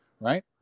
right